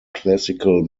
classical